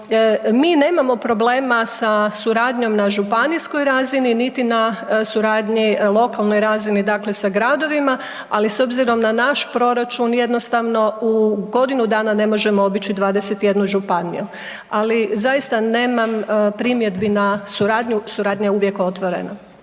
Mi nemamo problema sa suradnjom na županijskoj razini niti na suradnji lokalnoj razini, dakle sa gradovima, ali s obzirom na naš proračun jednostavno u godinu dana ne možemo obići 21 županiju. Ali zaista nemam primjedbi na suradnju, suradnja je uvijek otvorena.